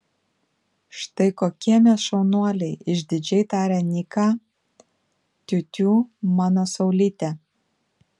štai kokie mes šaunuoliai išdidžiai tarė niką tiutiū mano saulyte